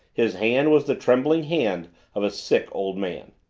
his hand was the trembling hand of a sick, old man.